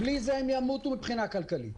בלי זה הן ימותו מבחינה כלכלית.